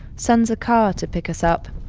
sends a car to pick us up.